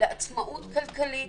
לעצמאות כלכלית,